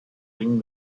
ring